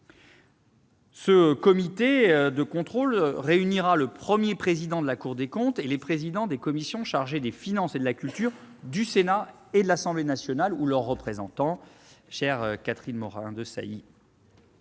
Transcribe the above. sera mis en place, réunissant le Premier président de la Cour des comptes et les présidents des commissions chargées des finances et de la culture du Sénat et de l'Assemblée nationale, ou leurs représentants.